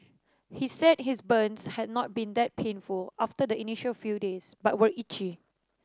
he said his burns had not been that painful after the initial few days but were itchy